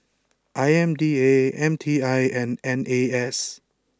I M D A M T I and N A S